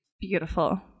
Beautiful